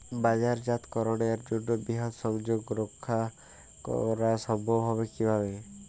বাজারজাতকরণের জন্য বৃহৎ সংযোগ রক্ষা করা সম্ভব হবে কিভাবে?